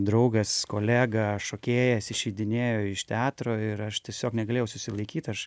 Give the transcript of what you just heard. draugas kolega šokėjas išeidinėjo iš teatro ir aš tiesiog negalėjau susilaikyt aš